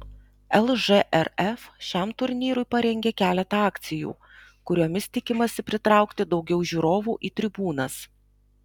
lžrf šiam turnyrui parengė keletą akcijų kuriomis tikimasi pritraukti daugiau žiūrovų į tribūnas